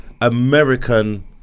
American